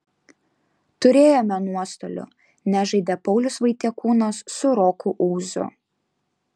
turėjome nuostolių nežaidė paulius vaitiekūnas su roku ūzu